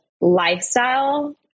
lifestyle